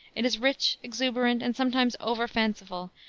it is rich, exuberant, and sometimes over fanciful,